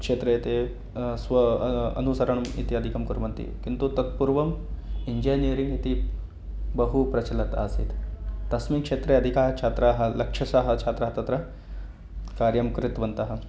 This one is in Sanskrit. क्षेत्रे ते स्व अनुसरणम् इत्यादिकं कुर्वन्ति किन्तु तत् पूर्वम् इन्जेनेरिङ् इति बहु प्रचलत् आसीत् तस्मिन् क्षेत्रे अधिकाः छात्राः लक्षशः छात्राः तत्र कार्यं कृतवन्तः